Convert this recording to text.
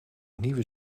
nieuwe